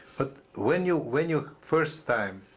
but when you when you first time?